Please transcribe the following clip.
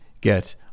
get